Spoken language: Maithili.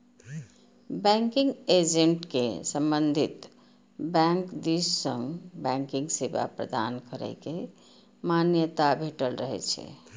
बैंकिंग एजेंट कें संबंधित बैंक दिस सं बैंकिंग सेवा प्रदान करै के मान्यता भेटल रहै छै